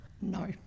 No